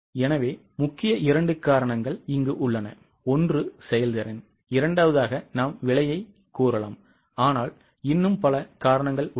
எனவே முக்கிய 2 காரணங்கள் செயல்திறன் மற்றும் விலை ஆனால் இன்னும் காரணங்கள் உள்ளன